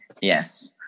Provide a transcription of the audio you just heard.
Yes